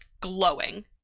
glowing